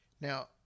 Now